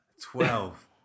Twelve